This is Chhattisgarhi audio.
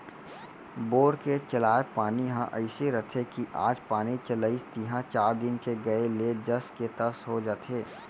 बोर के चलाय पानी ह अइसे रथे कि आज पानी चलाइस तिहॉं चार दिन के गए ले जस के तस हो जाथे